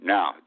Now